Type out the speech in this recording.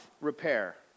repair